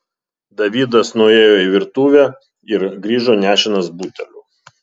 davidas nuėjo į virtuvę ir grįžo nešinas buteliu